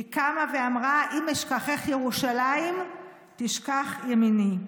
קמה ואמרה: אם אשכחך ירושלים תשכח ימיני.